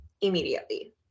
immediately